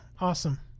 Awesome